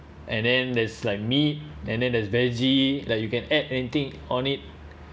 and then there's like meat and then there's veggie like you can add anything on it